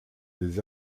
des